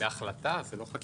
זה החלטה, זה לא חקיקה.